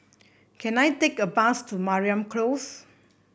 can I take a bus to Mariam Close